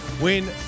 win